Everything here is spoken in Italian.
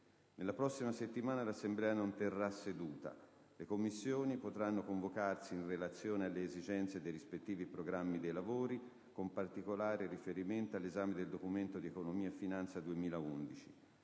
Nella prossima settimana l'Assemblea non terrà seduta. Le Commissioni potranno convocarsi in relazione alle esigenze dei rispettivi programmi dei lavori, con particolare riferimento all'esame del Documento di economia e finanza 2011.